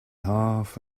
half